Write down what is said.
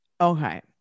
okay